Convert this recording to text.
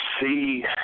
see